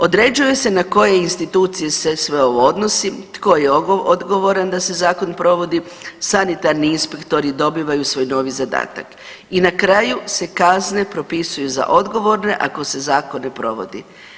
Određuje se na koje institucije se sve ovo odnosi, tko je odgovoran da se zakon provodi, sanitarni inspektori dobivaju svoj novi zadatak i na kraju se kazne propisuju za odgovorne ako se zakon ne provodi.